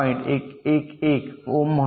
111 ओम